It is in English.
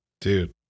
Dude